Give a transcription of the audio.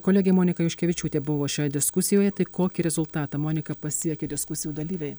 kolegė monika juškevičiūtė buvo šioje diskusijoje tai kokį rezultatą monika pasiekė diskusijų dalyviai